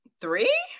Three